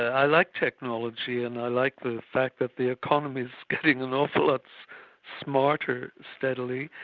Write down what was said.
i like technology and i like the fact that the economy's getting an awful lot smarter steadily.